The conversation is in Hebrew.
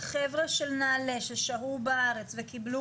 החבר'ה של נעל"ה שהיו בארץ וקבלו